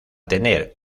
tener